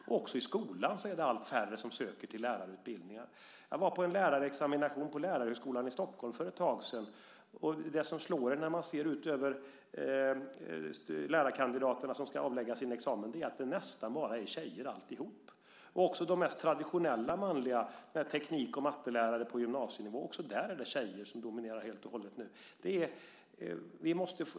Också när det gäller skolan är det allt färre som söker till lärarutbildningar. Jag var på en lärarexamination på Lärarhögskolan i Stockholm för ett tag sedan, och det som slår en när man ser ut över de lärarkandidater som ska avlägga sin examen är att det nästan bara är tjejer allihop. Också i de mest traditionella manliga yrkena, teknik och mattelärare på gymnasienivå, är det tjejer som dominerar helt och hållet nu.